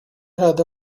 had